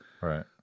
Right